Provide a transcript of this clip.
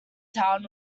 town